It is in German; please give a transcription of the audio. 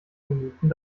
minuten